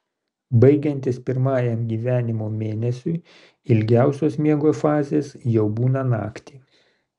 baigiantis pirmajam gyvenimo mėnesiui ilgiausios miego fazės jau būna naktį